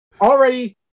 already